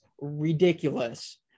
ridiculous